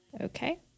Okay